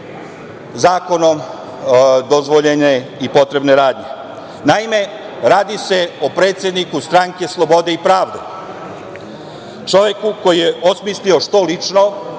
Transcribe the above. zakonom dozvoljene i potrebne radnje. Naime, radi se o predsedniku Stranke slobode i pravde, čoveku koji je osmislio lično,